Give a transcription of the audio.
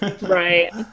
right